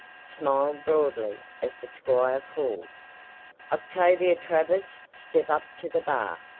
smiled broadly as the squire called octavia travers, step up to the bar!